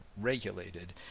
regulated